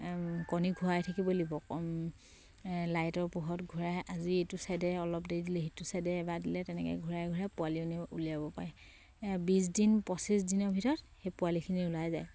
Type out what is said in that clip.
কণী ঘূৰাই থাকিব লাগিব লাইটৰ পোহৰত ঘূৰাই আজি এইটো ছাইডে অলপ দেৰি দিলে সিটো ছাইডে এবাৰ দিলে তেনেকে ঘূৰাই ঘূৰাই পোৱালি উলিয়াব পাৰে বিছ দিন পঁচিছ দিনৰ ভিতৰত সেই পোৱালিখিনি ওলাই যায়